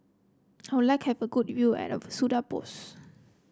how like have a good view Budapest